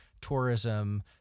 tourism